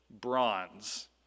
bronze